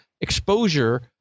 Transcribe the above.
exposure